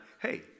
hey